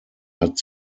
hat